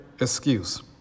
excuse